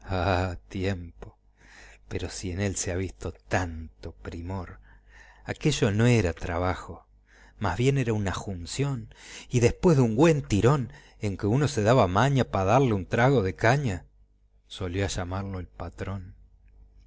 tiempos pero si en él se ha visto tanto primor aquello no era trabajo mas bien era una junción y después de un güen tirón en que uno se daba mana pa darle un trago de cana solía llamarlo el patrón